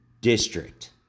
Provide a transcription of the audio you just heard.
District